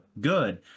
good